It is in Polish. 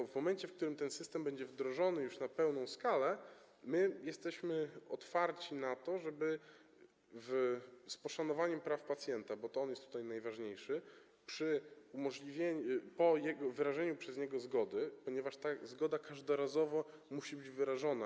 Bo w momencie, w którym ten system będzie wdrożony już na pełną skalę, jesteśmy otwarci na to, żeby z poszanowaniem praw pacjenta, bo to on jest tutaj najważniejszy, przy umożliwieniu, wyrażeniu przez niego zgody, ponieważ ta zgoda każdorazowo musi być wyrażona.